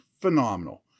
phenomenal